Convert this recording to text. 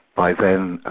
by then,